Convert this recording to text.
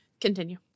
Continue